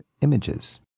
images